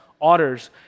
otters